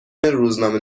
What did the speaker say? روزنامه